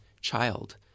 child